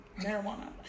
marijuana